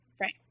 Right